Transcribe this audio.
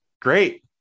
Great